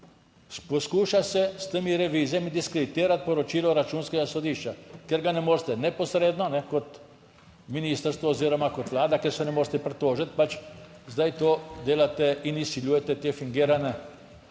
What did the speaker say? Poskuša se s temi revizijami diskreditirati poročilo Računskega sodišča, ker ga ne morete neposredno kot ministrstvo oziroma kot Vlada, ker se ne morete pritožiti pač zdaj to delate in izsiljujete te fingirane